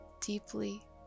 deeply